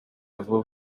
vuba